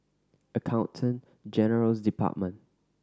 Accountant General's Department